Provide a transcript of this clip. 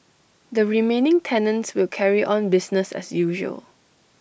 the remaining tenants will carry on business as usual